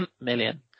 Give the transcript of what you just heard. million